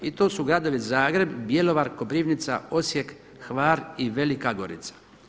I to su gradovi Zagreb, Bjelovar, Koprivnica, Osijek, Hvar i Velika Gorica.